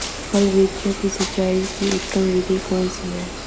फल वृक्षों की सिंचाई की उत्तम विधि कौन सी है?